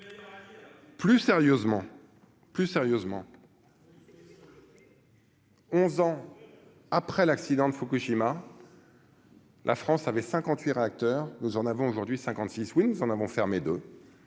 C'est évident. 11 ans après l'accident de Fukushima. La France avait 58 réacteurs, nous en avons aujourd'hui 56, oui nous en avons fermé de.